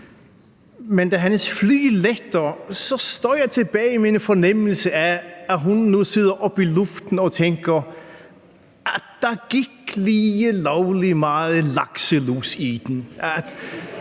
Men da hendes fly letter, står jeg tilbage med en fornemmelse af, at hun nu sidder oppe i luften og tænker, at der gik lige lovlig meget lakselus i den,